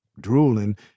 Drooling